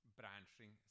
branching